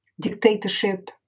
dictatorship